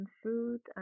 food